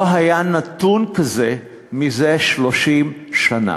לא היה נתון כזה מזה 30 שנה.